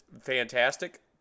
fantastic